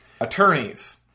Attorneys